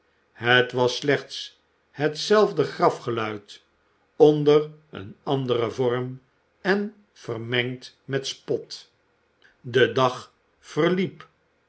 het was slechts hetzelfde grafgeluid onder een anderen vorm en vermengd met spot de dag verliep